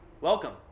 welcome